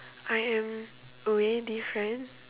I am way different